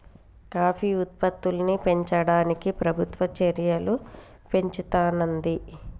coffee ఉత్పత్తుల్ని పెంచడానికి ప్రభుత్వం చెర్యలు పెంచుతానంది